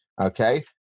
Okay